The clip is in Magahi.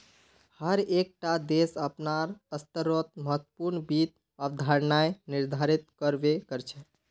हर एक टा देश अपनार स्तरोंत महत्वपूर्ण वित्त अवधारणाएं निर्धारित कर बे करछे